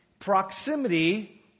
proximity